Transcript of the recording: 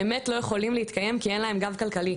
באמת לא יכולים להתקיים כי אין להם גב כלכלי.